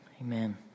Amen